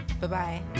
Bye-bye